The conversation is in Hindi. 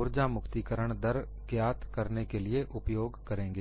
ऊर्जा मुक्तिकरण दर ज्ञात करने के लिए उपयोग करेंगे